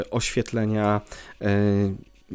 oświetlenia